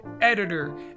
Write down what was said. editor